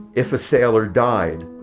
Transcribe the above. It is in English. if a sailor died,